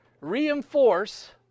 reinforce